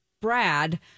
Brad